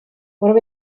what